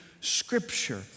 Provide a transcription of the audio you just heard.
scripture